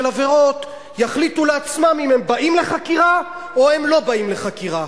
עבירות יחליטו לעצמם אם הם באים לחקירה או לא באים לחקירה.